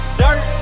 dirt